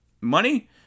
money